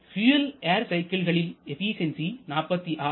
fuel air சைக்கிள்களில் efficiency 46